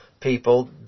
People